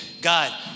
God